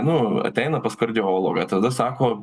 nu ateina pas kardiologą tada sako